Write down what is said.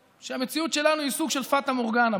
שהמציאות שלנו היא סוג של פטה מורגנה.